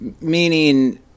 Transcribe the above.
Meaning